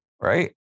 right